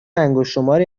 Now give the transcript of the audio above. انگشتشماری